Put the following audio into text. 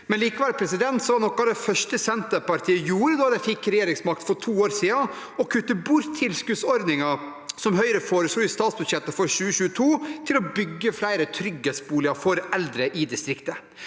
Likevel var noe av det første Senterpartiet gjorde da de fikk regjeringsmakt for to år siden, å kutte tilskuddsordningen som Høyre foreslo i statsbudsjettet for 2022, for å bygge flere trygghetsboliger for eldre i distriktene.